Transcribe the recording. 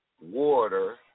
water